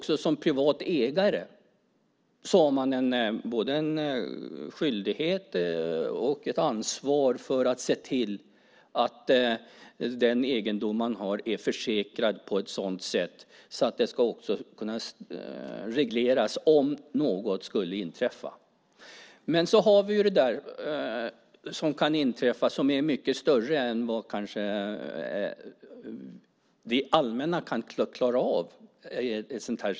Som privat ägare har man en skyldighet och ett ansvar för att se till att den egendom man har är försäkrad på ett sådant sätt att det ska kunna regleras om något skulle inträffa. Men så har vi det där som kan inträffa som är mycket större än vad det allmänna kan klara av.